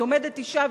עומדת אשה,